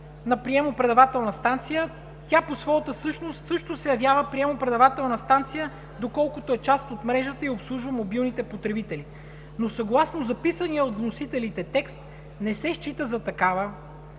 на приемо-предавателна станция, тя по своята същност също се явява приемо-предавателна станция, доколкото е част от мрежата и обслужва мобилните потребители. Но съгласно записания от вносителите текст не се счита за такава